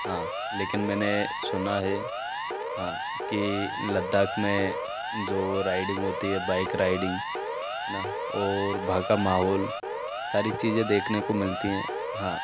हाँ लेकिन मैंने सुना है हाँ कि लद्दाख़ में जो राइडिंग होती है बाइक राइडिंग है ना और वहाँ का माहौल सारी चीज़ें देखने को मिलती हैं हाँ